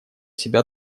себя